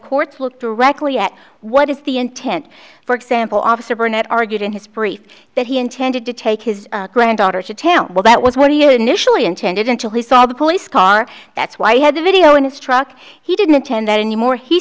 courts look directly at what is the intent for example officer burnett argued in his brief that he intended to take his granddaughter to town well that was what he had initially intended until he saw the police car that's why he had the video in his truck he didn't intend that anymore he